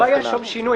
לא היה שום שינוי.